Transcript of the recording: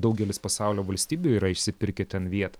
daugelis pasaulio valstybių yra išsipirkę ten vietą